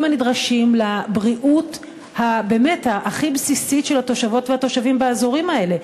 הנדרשים לבריאות באמת הכי בסיסית של התושבות והתושבים באזורים האלה?